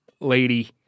lady